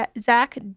Zach